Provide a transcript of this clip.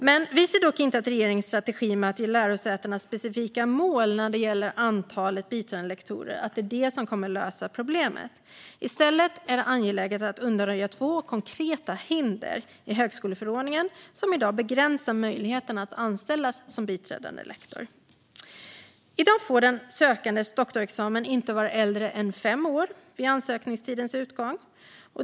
Vi anser dock inte att regeringens strategi att ge lärosätena specifika mål när det gäller antalet biträdande lektorer kommer att lösa problemet. I stället är det angeläget att undanröja två konkreta hinder i högskoleförordningen som i dag begränsar möjligheten att anställas som biträdande lektor. I dag får den sökandes doktorsexamen inte vara äldre än fem år vid ansökningstidens utgång.